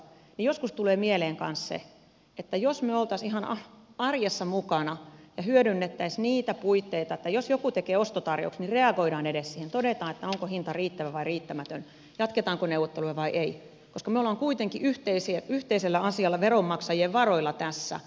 joskus tulee mieleen kanssa se että jospa me olisimme ihan arjessa mukana ja hyödyntäisimme niitä puitteita että jos joku tekee ostotarjouksen niin reagoidaan edes siihen todetaan onko hinta riittävä vai riittämätön jatketaanko neuvotteluja vai ei koska me olemme kuitenkin yhteisellä asialla veronmaksajien varoilla tässä